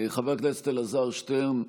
חבר הכנסת אלעזר שטרן,